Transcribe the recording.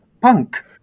punk